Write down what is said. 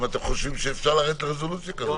אתם חושבים שאפשר לרדת לרזולוציה כזאת.